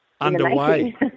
underway